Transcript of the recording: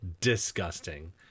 disgusting